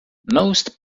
most